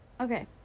Okay